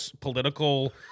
political